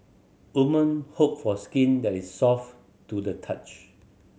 women hope for skin that is soft to the touch